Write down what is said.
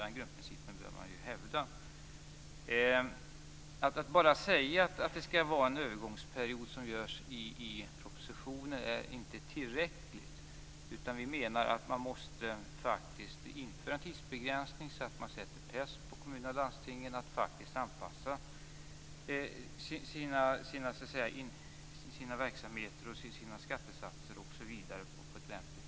Den grundprincipen bör man hävda. Att bara säga att det skall vara en tidsbegränsning, som görs i propositionen, inte är tillräckligt. Vi menar att man måste införa en tidsgräns och sätta press på kommuner och landsting för att anpassa sina verksamheter och sina skattesatser på ett lämpligt sätt.